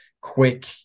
quick